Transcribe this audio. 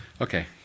Okay